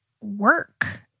work